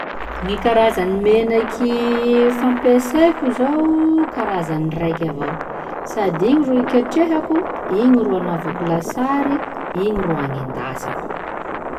Gny karazany menaky fampiasaiko zô karazany raika avao: sady igny ro iketrehako, igny ro agnanaovako lasary, igny ro agnendasako.